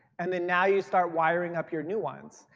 and then now you start wiring up your new ones.